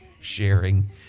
sharing